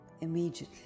immediately